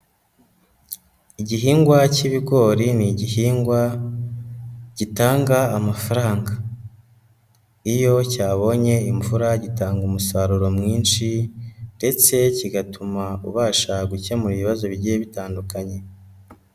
Igihingwa cy'ibigori ni igihingwa gitanga amafaranga iyo cyabonye imvura gitanga umusaruro mwinshi ndetse kigatuma ubasha gukemura ibibazo bigiye bitandukanye.